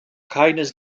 keines